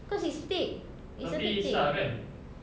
cause it's thick it's a bit thick